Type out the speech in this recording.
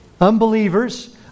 Unbelievers